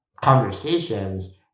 conversations